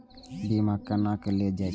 बीमा केना ले जाए छे?